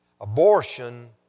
abortion